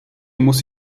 muss